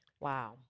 Wow